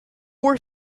were